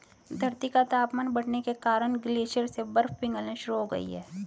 धरती का तापमान बढ़ने के कारण ग्लेशियर से बर्फ पिघलना शुरू हो गयी है